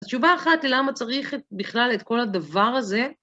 התשובה אחת היא למה צריך בכלל את כל הדבר הזה.